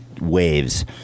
waves